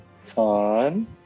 Fun